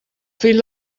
fill